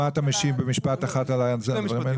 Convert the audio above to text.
מה אתה משיב במשפט אחד על הדברים האלה?